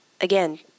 Again